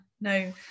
no